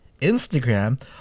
Instagram